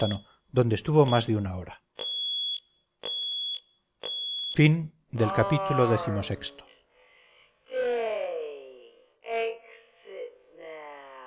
donde estuvo más de una hora ii